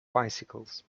bicycles